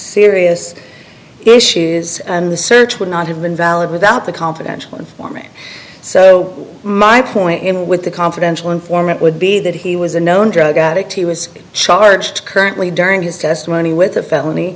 serious issues and the search would not have been valid without the confidential informant so my point in with the confidential informant would be that he was a known drug addict he was charged currently during his testimony with a felony